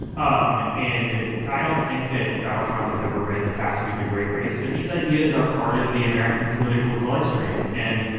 um and i don't think that donald trump has ever read the passing of the great race, but these ideas are part of the american political bloodstream. and,